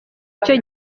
icyo